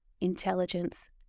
intelligence